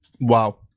Wow